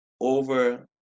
over